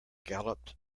galloped